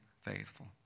faithful